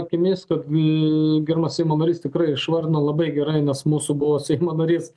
gerbiamas seimo narys tikrai išvardino labai gerai nes mūsų buvo seimo narys